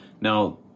Now